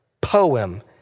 poem